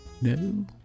no